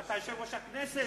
אתה יושב-ראש הכנסת,